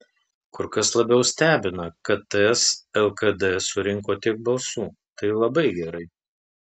kur kas labiau stebina kad ts lkd surinko tiek balsų tai labai gerai